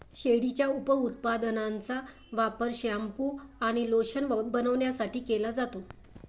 शेळीच्या उपउत्पादनांचा वापर शॅम्पू आणि लोशन बनवण्यासाठी केला जातो